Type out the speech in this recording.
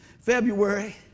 February